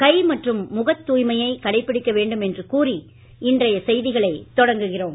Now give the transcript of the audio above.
கை மற்றும் முகத் தூய்மையை கடைபிடிக்க வேண்டும் என்று கூறி இன்றைய செய்திகளை தொடங்குகிறோம்